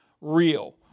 real